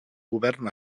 govern